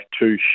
two